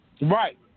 Right